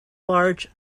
large